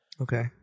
Okay